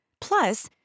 Plus